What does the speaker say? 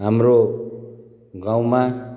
हाम्रो गाउँमा